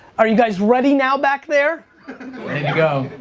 are you guys ready now back there? ready to go.